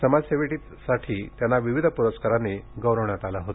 समाजसेवेसाठी त्यांना विविध पुरस्कारांनी गौरवण्यात आले होते